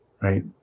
Right